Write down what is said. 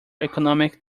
economic